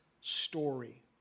story